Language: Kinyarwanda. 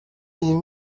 iyi